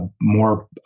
more